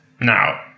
Now